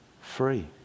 free